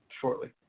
shortly